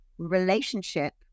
relationship